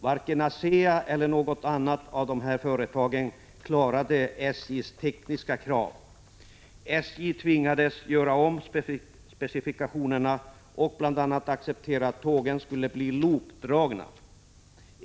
Varken ASEA eller något annat av de andra företagen klarade SJ:s tekniska krav. SJ tvingades göra om specifikationerna och bl.a. acceptera att tågen skulle bli lokdragna.